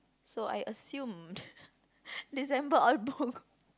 so I assumed December all booked